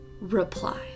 reply